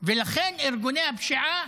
ולכן ארגוני הפשיעה